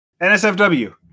nsfw